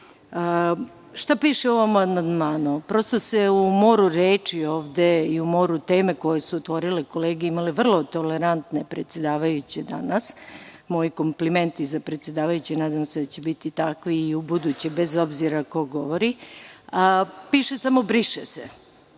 piše u ovom amandmanu? Prosto se u moru reči ovde i u moru tema koje su se otvorile, kolege imale vrlo tolerantne predsedavajuće danas, moji komplimenti za predsedavajuće. Nadam se da će biti takvi i ubuduće, bez obzira ko govori. Piše samo – briše